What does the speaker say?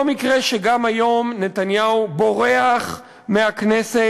לא מקרה שגם היום נתניהו בורח מהכנסת